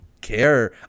care